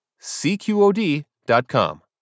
cqod.com